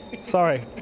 Sorry